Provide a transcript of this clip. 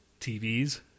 TVs